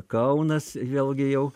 kaunas vėlgi jau